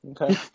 Okay